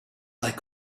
like